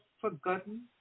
forgotten